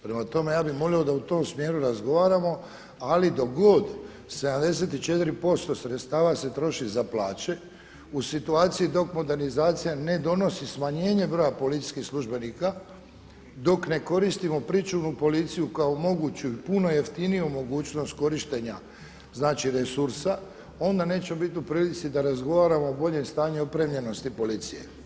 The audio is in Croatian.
Prema tome ja bih molio da u tome smjeru razgovaramo ali dok 74% sredstava se troši za plaće, u situaciji dok modernizacija ne donosi smanjenje broja policijskih službenika, dok ne koristimo pričuvnu policiju kao moguću i puno jeftiniju mogućnost korištenja znači resursa onda nećemo biti u prilici da razgovaramo o boljem stanju opremljenosti policije.